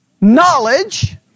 knowledge